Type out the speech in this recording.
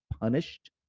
punished